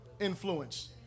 influence